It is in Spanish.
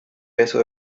beso